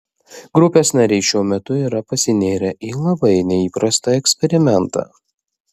grupės nariai šiuo metu yra pasinėrę į labai neįprastą eksperimentą